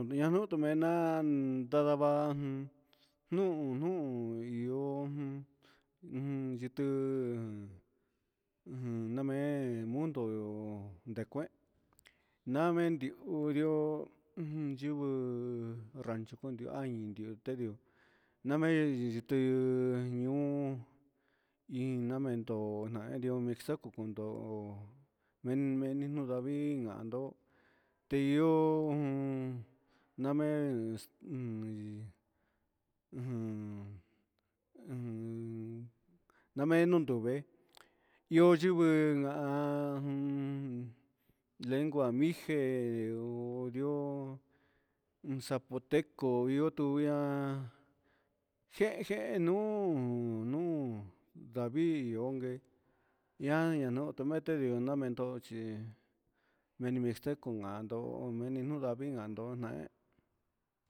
Ninanió tumena un ndadava'a jun nuu nuu ihó jun un xhituu un namen mundo ndekuen namen niun nrió, ujun yuu rancho kondua'í nindiun tendi'ó namen yiyuti'ó añuu iin namento na ndi'ó nixakuu kundó, me'en meni nondavii nándo ti ihó un namen exundii, ujun eun manen nundu vee ihó yuvii ha'an lengua mixe onri'ó un zapoteco ihó tu nguian, ñegén nu'ú nuu nu'u ndavii ihóngue ña'a namende notaiochí, meni mixteco kando'o menii no'o ndavii kando ne'é.